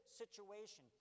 situation